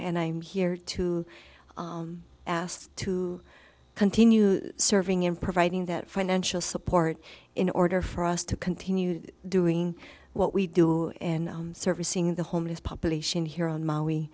and i'm here to ask to continue serving in providing that financial support in order for us to continue doing what we do in servicing the homeless population here on ma